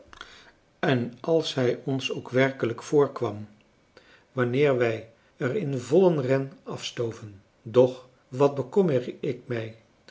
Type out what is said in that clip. en als hij ons ook werkelijk voorkwam wanneer wij er in vollen ren afstoven doch wat bekommer ik mij